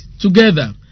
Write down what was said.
together